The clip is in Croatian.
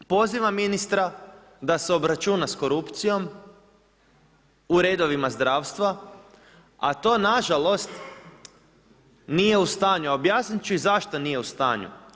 Pozivam ministra da se obračuna sa korupcijom u redovima zdravstva a to nažalost nije u stanju a objasniti ću i zašto nije u stanju.